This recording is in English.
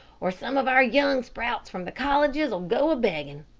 or some of our young sprouts from the colleges will go a begging.